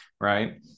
Right